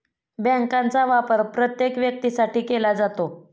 बँकांचा वापर प्रत्येक व्यक्तीसाठी केला जातो